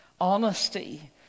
honesty